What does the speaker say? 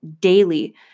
daily